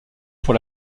pour